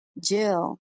Jill